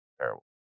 terrible